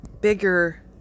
bigger